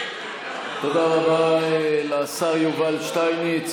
תודה רבה לשר יובל שטייניץ.